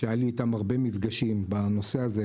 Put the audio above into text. שהיה לי איתם הרבה מפגשים בנושא הזה,